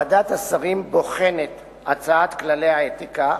ועדת השרים בוחנת את הצעת כללי האתיקה